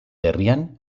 herrian